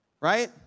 Right